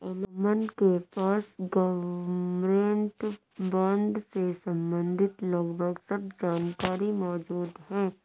अमन के पास government bond से सम्बंधित लगभग सब जानकारी मौजूद है